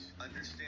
Understand